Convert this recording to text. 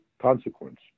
consequence